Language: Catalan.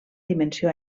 dimensió